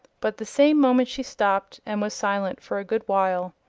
but the same moment she stopped, and was silent for a good while.